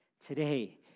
Today